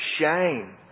shame